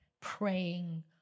praying